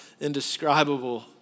indescribable